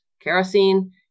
kerosene